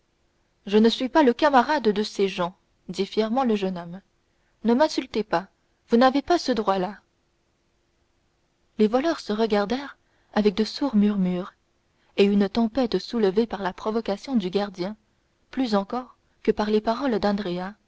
je ne suis pas le camarade de ces gens dit fièrement le jeune homme ne m'insultez pas vous n'avez pas ce droit là les voleurs se regardèrent avec de sourds murmures et une tempête soulevée par la provocation du gardien plus encore que par les paroles d'andrea